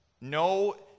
no